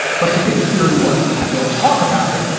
but the big theory was, we'll talk about it.